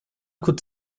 could